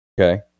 Okay